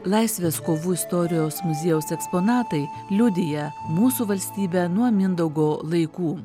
laisvės kovų istorijos muziejaus eksponatai liudija mūsų valstybę nuo mindaugo laikų